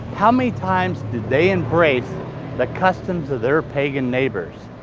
how many times did they embrace the customs of their pagan neighbors?